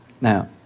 now